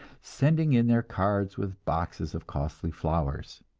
sending in their cards with boxes of costly flowers.